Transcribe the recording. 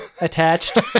attached